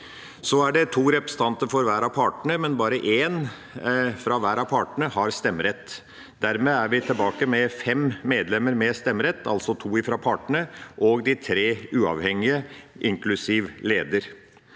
Det er to representanter for hver av partene, men bare én fra hver av partene har stemmerett. Dermed er vi tilbake med fem medlemmer med stemmerett, altså to fra partene og de tre uavhengige, inklusiv lederen.